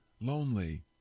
lonely